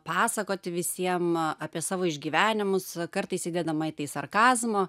pasakoti visiem apie savo išgyvenimus kartais įdedama į tai sarkazmo